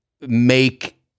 make